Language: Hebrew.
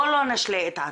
בוא לא נשלה את עצמנו.